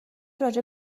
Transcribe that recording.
راجع